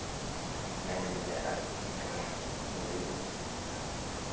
ᱢᱮᱱ ᱞᱮᱫᱟᱭ ᱟᱨᱠᱤ ᱪᱚᱞᱚ ᱵᱩᱨᱩ ᱵᱚᱱ